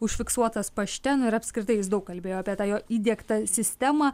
užfiksuotas pašte nu ir apskritai jis daug kalbėjo apie tą jo įdiegtą sistemą